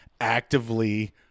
actively